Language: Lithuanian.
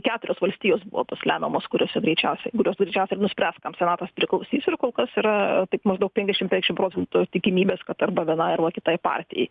keturios valstijos buvo tos lemiamos kuriose greičiausiai kurios greičiausiai ir nuspręs kam senatas priklausys ir kol kas yra taip maždaug penkiasdešim penkiasdešim procentų tikimybės kad arba vienai arba kitai partijai